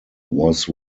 was